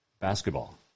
basketball